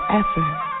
effort